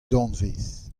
danvez